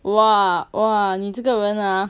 !wah! !wah! 你这个人 ah